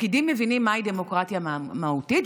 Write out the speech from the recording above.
הפקידים מבינים מהי דמוקרטיה מהותית,